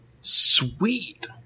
Sweet